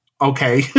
Okay